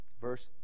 Verse